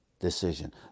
Decision